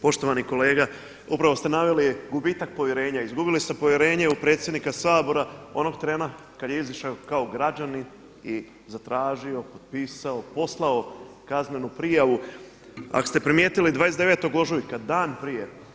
Poštovani kolega, upravo ste naveli gubitak povjerenja, izgubili ste povjerenje u predsjednika Sabora onog trena kada je izašao kao građanin i zatražio, potpisao, poslao kaznenu prijavu, ako ste primijetili 29. ožujka, dan prije.